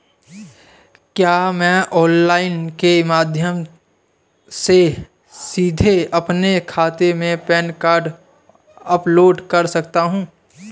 क्या मैं ऑनलाइन के माध्यम से सीधे अपने खाते में पैन कार्ड अपलोड कर सकता हूँ?